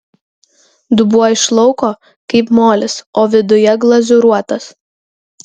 dubuo iš lauko kaip molis o viduje glazūruotas